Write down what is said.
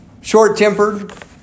short-tempered